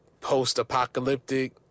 post-apocalyptic